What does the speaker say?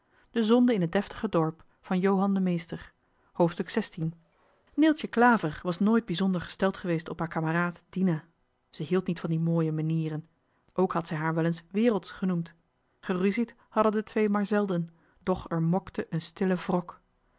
de zonde in het deftige dorp zestiende hoofdstuk neeltje klaver was nooit bezonder gesteld geweest op haar kameraad dina ze hield niet van die mooie menieren ook had zij haar wel eens wereldsch genoemd geruzied hadden de twee maar zelden doch er mokte een stille wrok